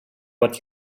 what